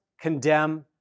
condemn